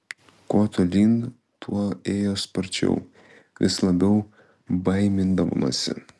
kuo tolyn tuo ėjo sparčiau vis labiau baimindamasi